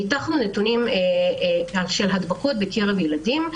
ניתחנו נתונים של הדבקות בקרב ילדים.